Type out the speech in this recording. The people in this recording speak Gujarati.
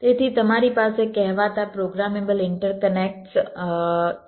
તેથી તમારી પાસે કહેવાતા પ્રોગ્રામેબલ ઇન્ટરકનેક્ટ્સ છે